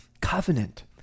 covenant